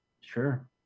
Sure